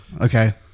okay